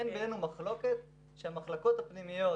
אין בינינו מחלוקת שהמחלקות הפנימיות